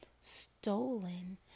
stolen